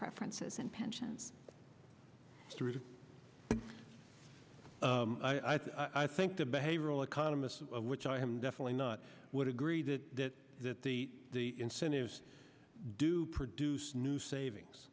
preferences and pensions through i think i think the behavioral economists of which i am definitely not would agree that that that the the incentives do produce new savings